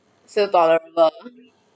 so terrible